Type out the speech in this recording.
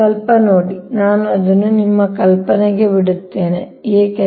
ಸ್ವಲ್ಪ ನೋಡಿ ನಾನು ಅದನ್ನು ನಿಮ್ಮ ಕಲ್ಪನೆಗೆ ಬಿಡುತ್ತೇನೆ ಅದು ಏಕೆ